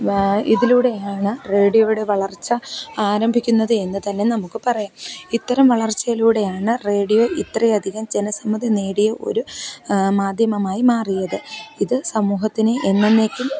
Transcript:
ഇതിലൂടെയാണ് റേഡിയോയുടെ വളർച്ച ആരംഭിക്കുന്നത് എന്നുതന്നെ നമുക്ക് പറയാം ഇത്തരം വളർച്ചയിലൂടെയാണ് റേഡിയോ ഇത്രയധികം ജനസമ്മിതി നേടിയ ഒരു മാധ്യമമായി മാറിയത് ഇത് സമൂഹത്തിനെ എന്നന്നേക്കും